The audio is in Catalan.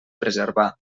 preservar